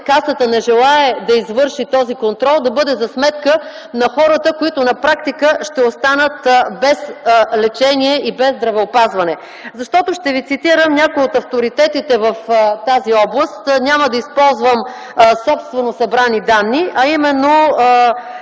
Касата не желае да извърши този контрол, да бъде за сметка на хората, които на практика ще останат без лечение и без здравеопазване. Защото ще Ви цитирам някои от авторитетите в тази област – няма да използвам собствено събрани данни, а именно